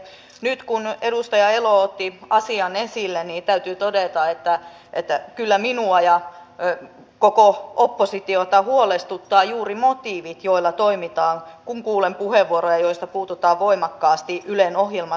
nyt kun edustaja elo otti asian esille täytyy todeta että kyllä minua ja koko oppositiota huolestuttavat juuri motiivit joilla toimitaan kun kuulen puheenvuoroja joissa puututaan voimakkaasti ylen ohjelmasisältöihin